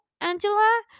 Angela